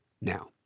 Now